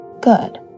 Good